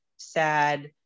sad